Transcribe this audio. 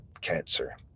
cancer